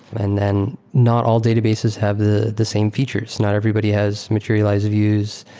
and then not all databases have the the same features. not everybody has materialized views.